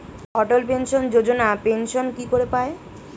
অটল pension Yojana pension কি করে পায়?